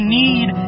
need